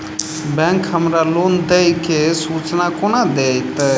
Bank हमरा loan देय केँ सूचना कोना देतय?